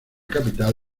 capital